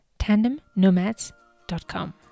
tandemnomads.com